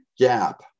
gap